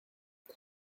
era